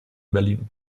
berlin